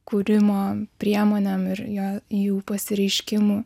kūrimo priemonėm ir jo jų pasireiškimu